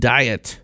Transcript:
Diet